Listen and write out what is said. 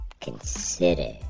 consider